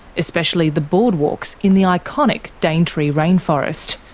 especially the boardwalks in the iconic daintree rainforest.